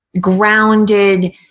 grounded